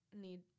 need